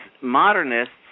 modernists